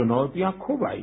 चुनौतियाँ खूब आई